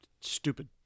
Stupid